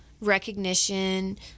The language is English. recognition